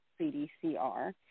CDCR